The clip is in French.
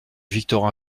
victorin